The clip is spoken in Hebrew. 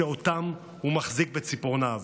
שאותם הוא מחזיק בציפורניו.